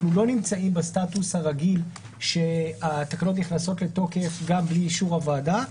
לא נמצאים בסטטוס הרגיל שהתקנות נכנסות לתוקף גם בלי אישור הוועדה,